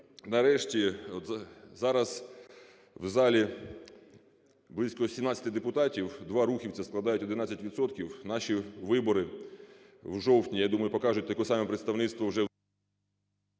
нарешті, зараз в залі близько 17 депутатів, 2 рухівця складають 11 відсотків. Наші вибори в жовтні, я думаю, покажуть таке саме представництво уже…